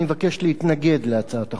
אני מבקש להתנגד להצעת החוק.